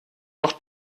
noch